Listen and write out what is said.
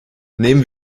nehmen